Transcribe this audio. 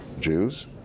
Jews